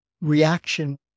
reaction